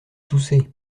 toussez